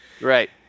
Right